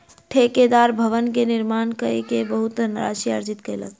ठेकेदार भवन के निर्माण कय के बहुत धनराशि अर्जित कयलक